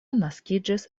naskiĝis